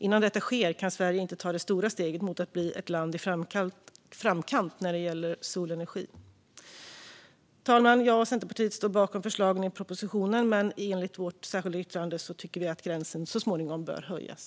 Innan detta sker kan Sverige inte ta det stora steget mot att bli ett land i framkant när det gäller solenergi. Fru talman! Jag och Centerpartiet står bakom förslagen i propositionen, men i enlighet med vårt särskilda yttrande anser att vi gränsen så småningom bör höjas.